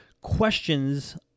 questions